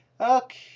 Okay